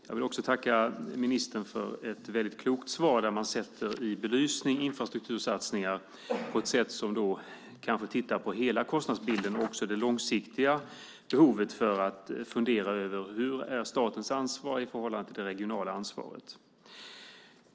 Jag vill också tacka ministern för ett väldigt klokt svar där man sätter infrastruktursatsningar i belysning och där man tittar på hela kostnadsbilden och också långsiktiga behov och funderar över: Hur är statens ansvar i förhållande till det regionala ansvaret?